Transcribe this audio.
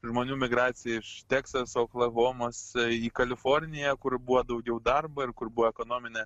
žmonių migraciją iš teksaso oklahomos į kaliforniją kur buvo daugiau darbo ir kur buvo ekonominė